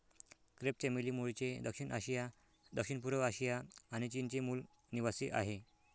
crepe चमेली मूळचे दक्षिण आशिया, दक्षिणपूर्व आशिया आणि चीनचे मूल निवासीआहे